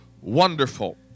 wonderful